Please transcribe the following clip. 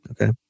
okay